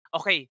okay